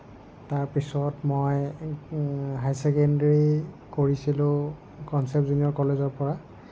তাৰপিছত মই high secondary কৰিছিলোঁ কনচেপ্ট জুনিয়ৰ কলেজৰ পৰা